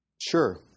Sure